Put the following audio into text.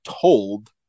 told